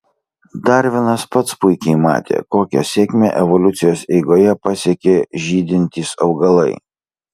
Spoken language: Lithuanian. darvinas pats puikiai matė kokią sėkmę evoliucijos eigoje pasiekė žydintys augalai